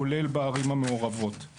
כולל בערים המעורבות;